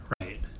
right